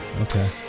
Okay